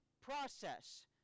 process